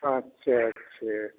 अच्छा अच्छा